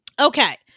okay